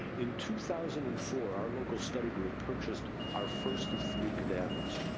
in two thousand and four our local study group purchased our first of three cadavers.